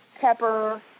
pepper